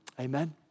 Amen